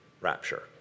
rapture